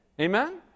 amen